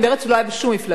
הוא לא היה בשום מפלגה.